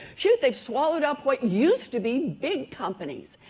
shoot, they swallowed up what used to be big companies.